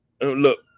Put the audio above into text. Look